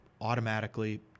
automatically